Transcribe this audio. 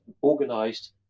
organized